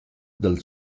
dal